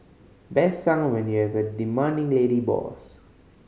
best sung when you have a demanding lady boss